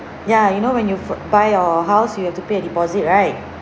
ya you know when you fo~ buy your house you have to pay a deposit right